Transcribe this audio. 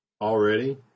already